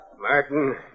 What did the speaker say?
Martin